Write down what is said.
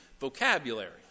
vocabulary